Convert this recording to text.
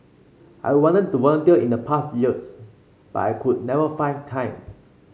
I wanted to volunteer in the past years but I could never find time